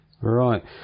Right